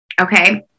Okay